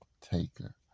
taker